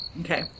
Okay